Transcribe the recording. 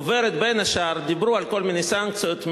עוברת בין השאר, דיברו על כל מיני סנקציות.